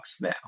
now